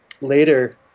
later